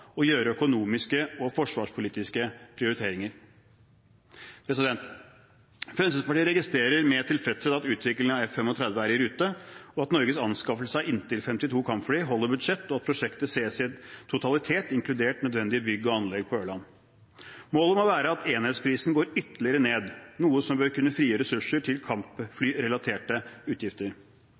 å gjøre økonomiske og forsvarspolitiske prioriteringer. Fremskrittspartiet registrerer med tilfredshet at utviklingen av F-35 er i rute, at Norges anskaffelse av inntil 52 kampfly holder budsjettet, og at prosjektet ses i en totalitet, inkludert nødvendig bygg og anlegg på Ørland. Målet må være at enhetsprisen går ytterligere ned, noe som bør kunne frigjøre ressurser til kampflyrelaterte utgifter.